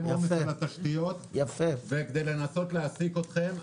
עומס בתשתיות וכדי לנסות להעסיק את מורי הדרך,